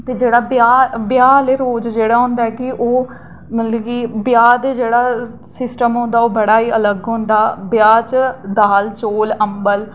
ते जेह्ड़ा ब्याह् ब्याह आह्ले रोज जेह्ड़ा होंदा कि ओह् मतलब कि ब्याह दा जेह्ड़ा सिस्टम होंदा ओह् बड़ा अलग होंदा ऐ ब्याह च दाल चौल अंबल